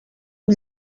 amb